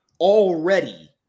already